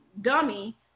dummy